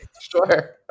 Sure